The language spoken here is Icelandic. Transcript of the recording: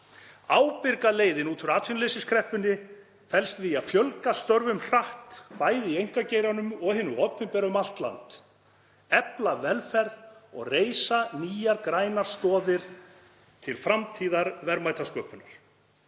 Ábyrga leiðin út úr atvinnuleysiskreppunni felst í því að fjölga störfum hratt, bæði í einkageiranum og hinum opinbera, um allt land, efla velferð og reisa nýjar grænar stoðir til framtíðarverðmætasköpunar.